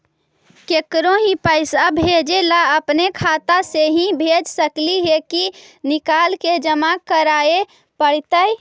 केकरो ही पैसा भेजे ल अपने खाता से ही भेज सकली हे की निकाल के जमा कराए पड़तइ?